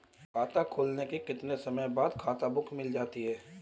खाता खुलने के कितने समय बाद खाता बुक मिल जाती है?